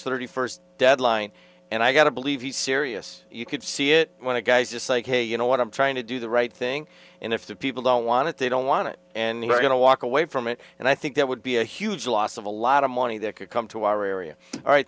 thirty first deadline and i got to believe he's serious you could see it when a guy is just like hey you know what i'm trying to do the right thing and if the people don't want it they don't want it and you're going to walk away from it and i think that would be a huge loss of a lot of money that could come to our area all right